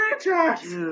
franchise